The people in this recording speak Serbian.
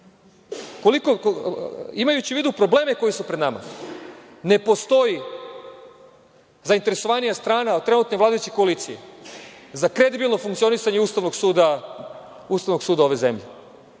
u vidu probleme koji su pred nama ne postoji zainteresovanija strana od trenutno vladajuće koalicije za kredibilno funkcionisanje USS, a vi sa ovim